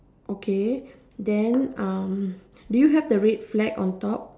okay then um do you have the red flag on top